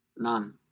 None